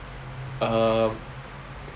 err